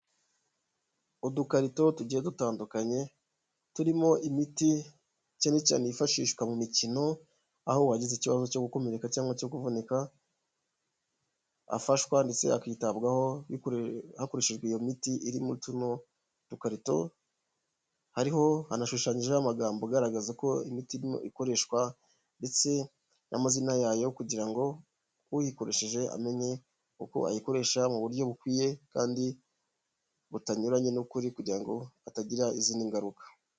Udukarito tugiye dutandukanye turimo imiti cyane cyane yifashishwa mu mikino aho uwagize ikibazo cyo gukomereka cyangwa cyo kuvunika afashwa ndetse akitabwaho hakoreshejwe iyo miti irimo tuno dukarito, hanashushanyiho amagambo agaragaza ko imiti irimo ikoreshwa ndetse n'amazina yayo kugira ngo uyikoresheje amenye uko ayikoresha mu buryo bukwiye kandi butanyuranye n'ukuri kugira ngo hatagira izindi ngaruka.